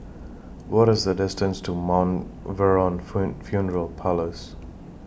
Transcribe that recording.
What IS The distance to Mount Vernon Fen Funeral Parlours